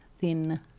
thin